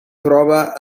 trobe